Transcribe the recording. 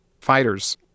fighters